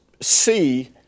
see